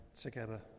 together